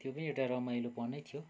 त्यो पनि एउटा रमाइलोपनै थियो